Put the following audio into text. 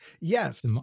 yes